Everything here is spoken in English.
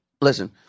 Listen